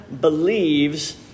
believes